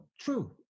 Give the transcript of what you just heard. true